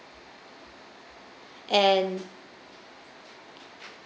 and